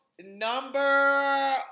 number